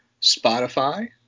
Spotify